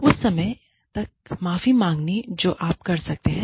उस सीमा तक माफी मांगिए जो आप कर सकते हैं